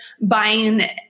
buying